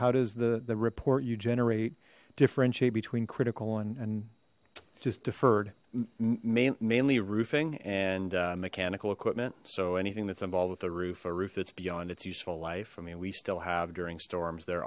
how does the the report you generate differentiate between critical and and just deferred mainly roofing and mechanical equipment so anything that's involved with the roof a roof that's beyond its useful life i mean we still have during storms there